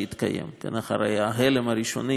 שיתקיים אחרי ההלם הראשוני